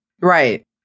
right